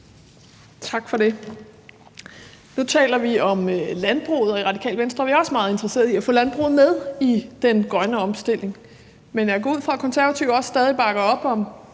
Tak for det. Nu taler vi om landbruget, og i Radikale Venstre er vi også meget interesseret i at få landbruget med i den grønne omstilling. Men jeg går ud fra, at Konservative også stadig bakker op om